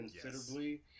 considerably